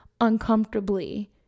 uncomfortably